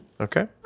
okay